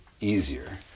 easier